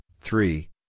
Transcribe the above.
three